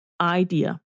idea